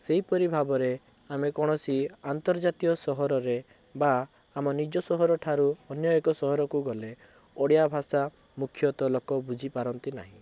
ସେହିପରି ଭାବରେ ଆମେ କୌଣସି ଆନ୍ତର୍ଜାତୀୟ ସହରରେ ବା ଆମ ନିଜ ସହରର ଠାରୁ ଅନ୍ୟ ଏକ ସହରକୁ ଗଲେ ଓଡ଼ିଆ ଭାଷା ମୁଖ୍ୟତଃ ଲୋକ ବୁଝିପାରନ୍ତି ନାହିଁ